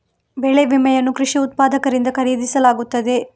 ಬೆಳೆ ವಿಮೆಯನ್ನು ಕೃಷಿ ಉತ್ಪಾದಕರಿಂದ ಖರೀದಿಸಲಾಗುತ್ತದೆ